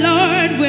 Lord